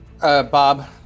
Bob